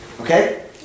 Okay